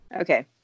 Okay